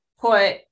put